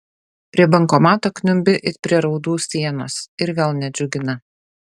prie bankomato kniumbi it prie raudų sienos ir vėl nedžiugina